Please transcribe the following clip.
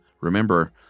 remember